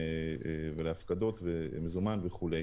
הפקדות מזומן וכו'.